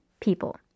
People